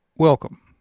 Welcome